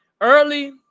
Early